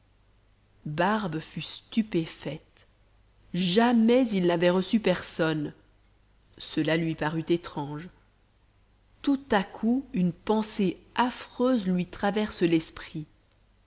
barbe fut stupéfaite jamais il n'avait reçu personne cela lui parut étrange tout à coup une pensée affreuse lui traverse l'esprit